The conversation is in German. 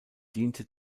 diente